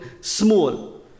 small